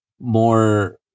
more